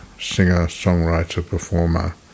singer-songwriter-performer